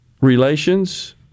relations